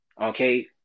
okay